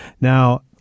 Now